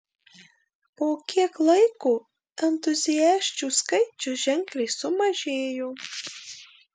po kiek laiko entuziasčių skaičius ženkliai sumažėjo